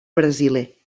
brasiler